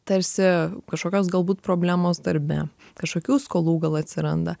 tarsi kažkokios galbūt problemos darbe kažkokių skolų gal atsiranda